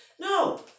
No